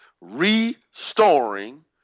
restoring